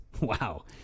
Wow